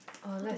uh let's